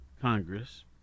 Congress